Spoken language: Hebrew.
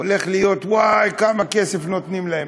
הולך להיות, וואי, כמה כסף נותנים להם.